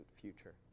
future